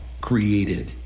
created